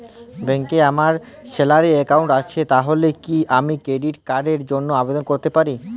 ব্যাংকে আমার salary account আছে তাহলে কি আমি ক্রেডিট কার্ড র জন্য আবেদন করতে পারি?